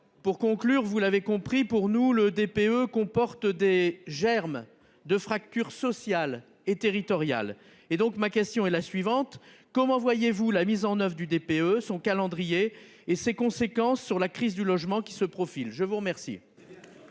Pour conclure, vous l'avez compris, pour nous le DPE comporte des germes de fracture sociale et territoriale et donc ma question est la suivante, comment voyez-vous la mise en oeuvre du DPE son calendrier et ses conséquences sur la crise du logement qui se profile. Je vous remercie.